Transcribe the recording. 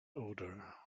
odour